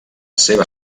seva